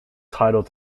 title